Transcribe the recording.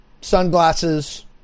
sunglasses